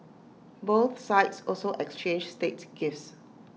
both sides also exchanged state gifts